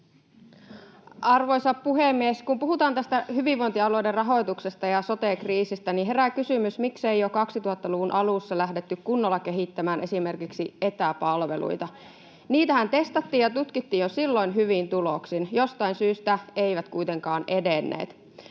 Arvoisa puhemies! Kun puhutaan tästä hyvinvointialueiden rahoituksesta ja sote-kriisistä, niin herää kysymys, miksei jo 2000-luvun alussa lähdetty kunnolla kehittämään esimerkiksi etäpalveluita. Niitähän testattiin ja tutkittiin jo silloin hyvin tuloksin. Jostain syystä ne eivät kuitenkaan edenneet,